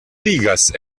digas